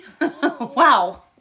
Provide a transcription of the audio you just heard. Wow